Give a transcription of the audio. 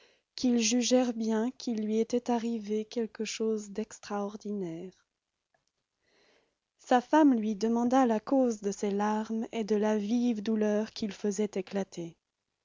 qu'ils jugèrent bien qu'il lui était arrivé quelque chose d'extraordinaire sa femme lui demanda la cause de ses larmes et de la vive douleur qu'il faisait éclater